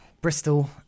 Bristol